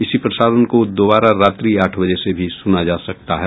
इसी प्रसारण को दोबारा रात्रि आठ बजे से भी सुना जा सकता है